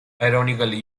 ironically